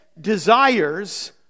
desires